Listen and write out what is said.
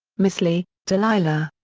morsly, dalila.